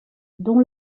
dont